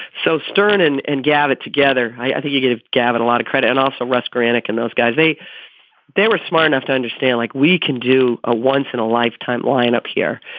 so stern and and gathered together. i think you gave gavin a lot of credit and also russ granik and those guys. they they were smart enough to understand, like we can do a once in a lifetime lineup here.